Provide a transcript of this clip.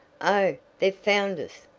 oh, they've found us!